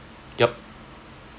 yup